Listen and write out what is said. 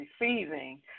receiving